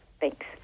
Thanks